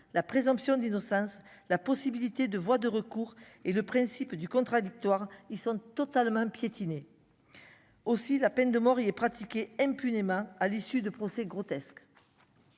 la présomption d'innocence, la possibilité de voie de recours et le principe du contradictoire, ils sont totalement piétiner. Aussi la peine de mort, il est pratiquée impunément à l'issue de procès grotesque.